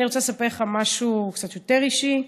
אני רוצה לספר לך משהו קצת יותר אישי.